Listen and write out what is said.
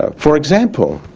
ah for example,